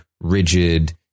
rigid